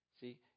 See